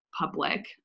public